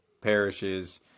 parishes